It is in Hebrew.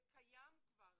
זה קיים כבר,